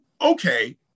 Okay